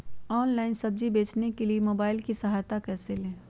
Online सब्जी बेचने के लिए मोबाईल की सहायता कैसे ले?